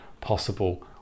possible